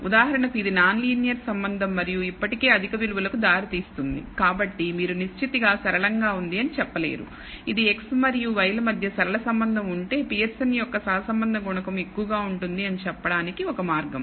ఉదాహరణకు ఇది non linear సంబంధం మరియు ఇప్పటికీ అధిక విలువకు దారితీస్తుంది కాబట్టి మీరు నిచ్చితి గా సరళంగా ఉంది అని చెప్పలేరు ఇది x మరియు y ల మధ్య సరళ సంబంధం ఉంటే పియర్సన్ యొక్క సహసంబంధ గుణకంఎక్కువగా ఉంటుంది అని చెప్పడానికి ఒక మార్గం